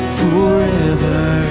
forever